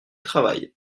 travaillent